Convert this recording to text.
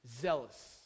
zealous